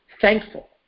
thankful